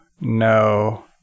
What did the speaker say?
no